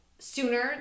sooner